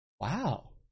wow